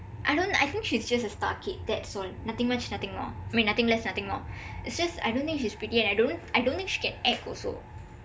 I don't I think she's just a star kid that's all nothing much nothing more I mean nothing less nothing more is just I don't think she's pretty and I don't I don't think she can act also